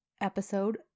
episode